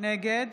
נגד